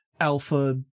alpha